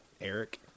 Eric